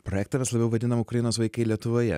projektą mes labiau vadinam ukrainos vaikai lietuvoje be